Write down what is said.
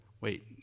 Wait